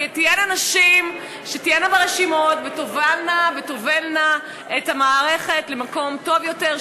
ונשים תהיינה ברשימות ותובלנה את המערכת למקום טוב יותר,